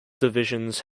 divisions